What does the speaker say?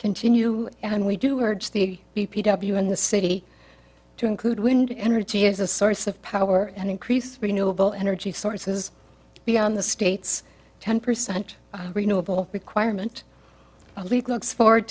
continue and we do herds the d p w in the city to include wind energy is a source of power and increase renewable energy sources beyond the state's ten percent renewable requirement league looks forward